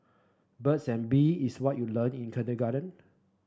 birds and bee is what you learnt in kindergarten